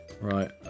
Right